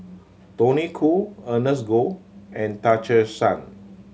Tony Khoo Ernest Goh and Tan Che Sang